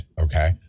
okay